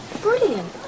Brilliant